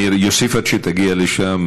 אני אוסיף עד שתגיע לשם.